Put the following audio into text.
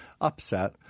upset